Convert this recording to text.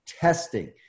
testing